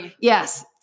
Yes